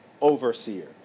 overseer